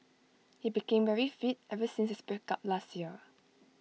he became very fit ever since his breakup last year